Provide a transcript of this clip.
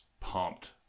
pumped